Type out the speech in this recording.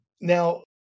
Now